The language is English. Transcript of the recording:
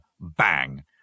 bang